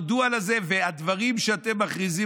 והדברים שאתם מכריזים,